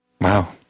wow